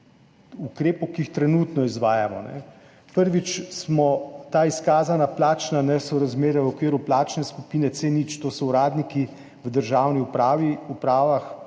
ukrepov, ki jih trenutno izvajamo. Prvič, smo ta izkazana plačna nesorazmerja v okviru plačne skupine C0, to so uradniki v državni upravi,